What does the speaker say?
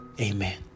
Amen